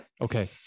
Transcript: Okay